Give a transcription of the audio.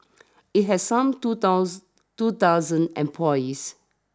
it had some two dose two dozen employees